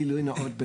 גילוי נאות,